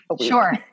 Sure